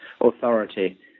authority